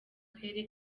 karere